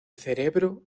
cerebro